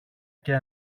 και